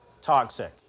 toxic